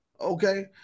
Okay